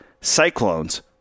cyclones